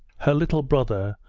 her little brother,